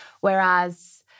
whereas